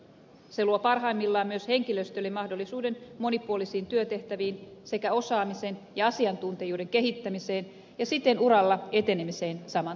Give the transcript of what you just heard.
se luo parhaimmillaan myös henkilöstölle mahdollisuuden monipuolisiin työtehtäviin sekä osaamisen ja asiantuntijuuden kehittämiseen ja siten uralla etenemiseen saman talon sisällä